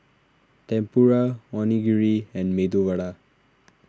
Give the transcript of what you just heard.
Tempura Onigiri and Medu Vada